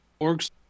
Orgs